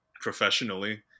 professionally